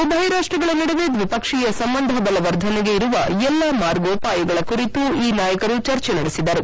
ಉಭಯ ರಾಷ್ಲಗಳ ನಡುವೆ ದ್ವಿಪಕ್ಷೀಯ ಸಂಬಂಧ ಬಲವರ್ಧನೆಗೆ ಇರುವ ಎಲ್ಲಾ ಮಾರ್ಗೋಪಾಯಗಳ ಕುರಿತು ಈ ನಾಯಕರು ಚರ್ಚೆ ನಡೆಸಿದರು